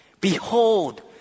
behold